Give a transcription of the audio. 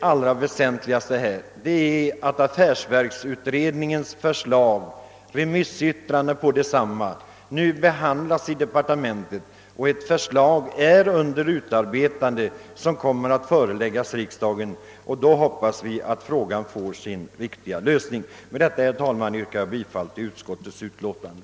Det väsentliga är dock att affärsverksutredningens förslag och remissyttrandena över detta förslag nu behandlas i departementet. En proposition är under utarbetande och kommer att föreläggas riksdagen. Vi hoppas att frågan då får sin riktiga lösning. Herr talman! Med detta ber jag att få yrka bifall till utskottets hemställan.